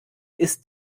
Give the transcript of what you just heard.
ist